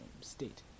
state